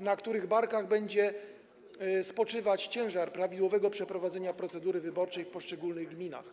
na których barkach będzie spoczywać ciężar prawidłowego przeprowadzenia procedury wyborczej w poszczególnych gminach.